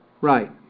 Right